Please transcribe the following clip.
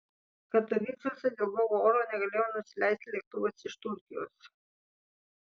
katovicuose dėl blogo oro negalėjo nusileisti lėktuvas iš turkijos